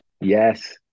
yes